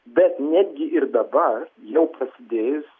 bet netgi ir dabar jau prasidėjus